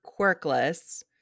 quirkless